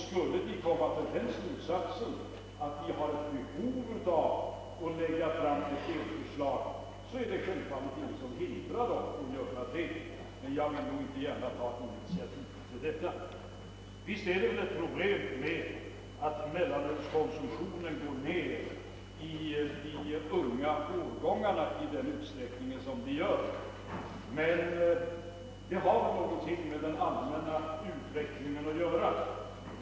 Skulle den komma till den slutsatsen att det finns ett behov av att delförslag framlägges, är det självfallet inget som hindrar utredningen från att göra det. Jag vill emellertid inte gärna ta initiativet till detta. Visst är det ett problem att mellanölskonsumtionen går ned i de lägre åldrarna i den utsträckning som sker, men det har väl ett samband med den allmänna utvecklingen.